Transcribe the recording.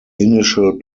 initial